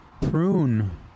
prune